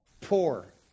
poor